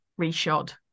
reshod